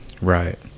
right